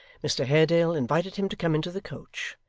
mr haredale invited him to come into the coach,